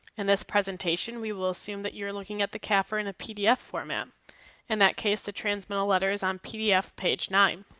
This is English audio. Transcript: in this presentation we will assume that you're looking at the cafr in a pdf format in that case the transmittal letter is on pdf page nine.